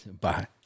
Bye